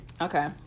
Okay